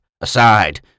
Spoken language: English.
Aside